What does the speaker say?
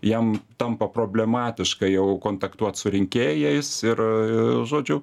jam tampa problematiška jau kontaktuot su rinkėjais ir žodžiu